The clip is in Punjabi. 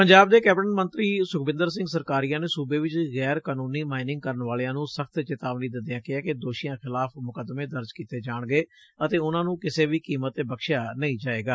ਪੰਜਾਬ ਦੇ ਕੈਬਨਿਟ ਮੰਤਰੀ ਸੁਖਬਿੰਦਰ ਸਿੰਘ ਸਰਕਾਰੀਆ ਨੇ ਸੁਬੇ ਵਿਚ ਗੈਰ ਕਾਨੂੰਨੀ ਮਾਈਨਿੰਗ ਕਰਨ ਵਾਲਿਆਂ ਨੂੰ ਸਖਤ ਚੇਤਾਵਨੀ ਦਿੰਦਿਆਂ ਕਿਹੈ ਕਿ ਦੋਸ਼ੀਆਂ ਖਿਲਾਫ ਮੁੱਕਦਮੇ ਦਰਜ ਕੀਤੇ ਜਾਣਗੇ ਅਤੇ ਉਨ੍ਹਾਂ ਨੂੰ ਕਿਸੇ ਵੀ ਕੀਮਤ ਤੇ ਬਖਸ਼ਿਆਂ ਨਹੀ ਜਾਵੇਗਾ